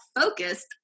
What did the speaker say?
focused